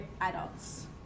adults